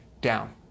down